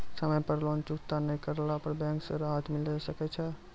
समय पर लोन चुकता नैय करला पर बैंक से राहत मिले सकय छै?